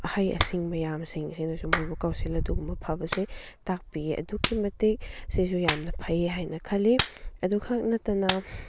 ꯑꯍꯩ ꯑꯁꯤꯡ ꯃꯌꯥꯝꯁꯤꯡ ꯑꯁꯤꯅꯁꯨ ꯃꯣꯏꯕꯨ ꯀꯧꯁꯤꯜꯂ ꯑꯗꯨꯒꯨꯝꯕ ꯐꯥꯕꯁꯦ ꯇꯥꯛꯄꯤꯌꯦ ꯑꯗꯨꯛꯀꯤ ꯃꯇꯤꯛ ꯁꯤꯁꯨ ꯌꯥꯝꯅ ꯐꯩ ꯍꯥꯏꯅ ꯈꯜꯂꯤ ꯑꯗꯨꯈꯛ ꯅꯠꯇꯅ